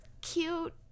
cute